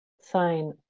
sign